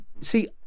see